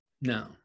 No